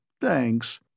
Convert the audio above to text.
thanks